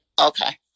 Okay